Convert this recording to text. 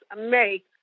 make